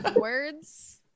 words